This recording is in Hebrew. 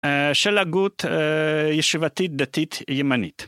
של הגות ישיבתית, דתית, ימנית.